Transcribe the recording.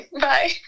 bye